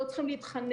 לא צריכים להתחנן.